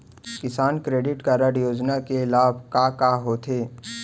किसान credit card योजना के लाभ का का होथे?